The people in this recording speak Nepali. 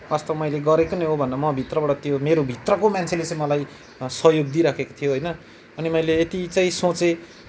पास त मैले गरेको नै हो भनेर म भित्रबाट त्यो मेरो भित्रको मान्छेले चाहिँ मलाई सहयोग दिइरहेको थियो होइन अनि मैले यति चाहिँ सोचेँ